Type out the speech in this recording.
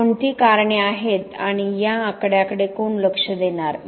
कोणती कारणे आहेत आणि या आकड्याकडे कोण लक्ष देणार आहे